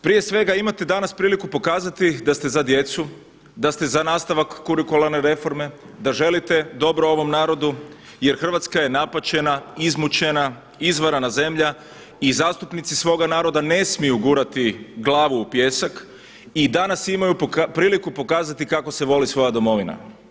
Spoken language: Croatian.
Prije svega, imate danas priliku pokazati da ste za djecu, da ste za nastavak kurikularne reforme, da želite dobro ovom narodu jer Hrvatska je napaćena, izmučena, izvarana zemlja i zastupnici svoga naroda ne smiju gurati glavu u pijesak i danas imaju priliku pokazati kako se voli svoja domovina.